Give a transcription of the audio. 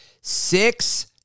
six